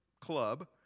club